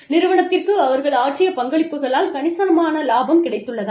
நிறுவனத்திற்கு அவர்கள் ஆற்றிய பங்களிப்புகளால் கணிசமான லாபம் கிடைத்துள்ளதா